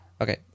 Okay